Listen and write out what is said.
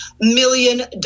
million